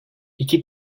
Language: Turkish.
iki